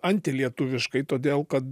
antilietuviškai todėl kad